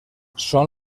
són